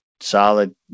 solid